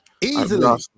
easily